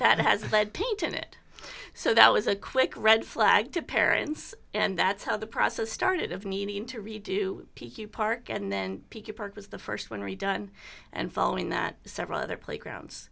it has a lead paint on it so that was a quick red flag to parents and that's how the process started of meaning to redo p q park and then park was the st one redone and following that several other playgrounds